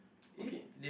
okay